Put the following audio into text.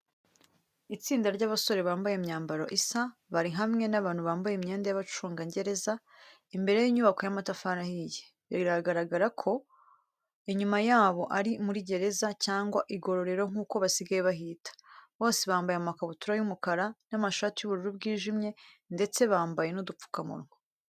Itsinda ry'abasore bambaye imyambaro isa, bari hamwe n’abantu bambaye imyenda y'abacungagereza. Imbere y’inyubako y’amatafari ahiye. Bigaragarako inyuma yabo ari muri gereza cyangwa igororero nkuko basigaye bahita. Bose bambaye amakabutura y’umukara n’amashati y’ubururu bw’ijimye, ndetse bambaye udupfukamunwa.